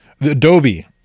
Adobe